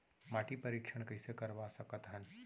माटी परीक्षण कइसे करवा सकत हन?